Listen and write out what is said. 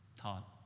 taught